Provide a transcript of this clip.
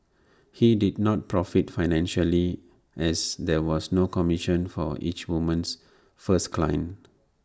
he did not profit financially as there was no commission for each woman's first client